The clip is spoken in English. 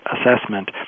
assessment